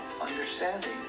understanding